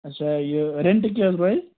اچھا یہِ ریٚنٹ کیٛاہ حظ روزِ